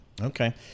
Okay